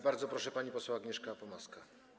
Bardzo proszę, pani poseł Agnieszka Pomaska.